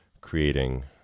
creating